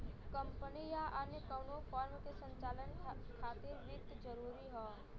company या अन्य कउनो फर्म के संचालन खातिर वित्त जरूरी हौ